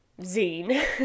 zine